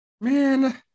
Man